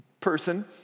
person